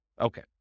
Okay